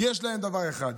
כי יש להם דבר אחד: